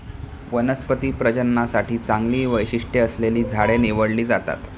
वनस्पती प्रजननासाठी चांगली वैशिष्ट्ये असलेली झाडे निवडली जातात